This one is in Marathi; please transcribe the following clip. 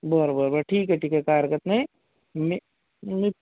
बरं बरं बरं ठीक आहे ठीक आहे काही हरकत नाही मी मी